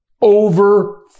over